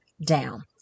down